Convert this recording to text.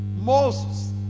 Moses